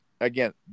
Again